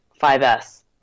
5S